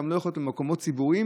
לא יכולה להיות גם במקומות ציבוריים.